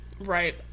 right